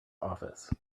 office